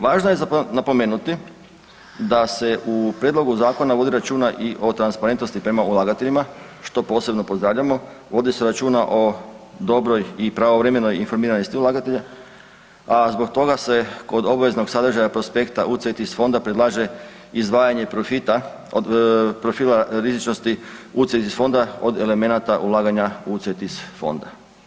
Važno je za napomenuti da se u prijedlogu zakona vodi računa i o transparentnosti prema ulagateljima, što posebno pozdravljamo, vodi se računa o dobroj i pravovremenoj informiranosti ulagatelja, a zbog toga se kod obaveznog sadržaja prospekta UCITS fonda predlaže izdvajanje profita, profila rizičnosti UCITS fonda od elemenata ulaganja UCITS fonda.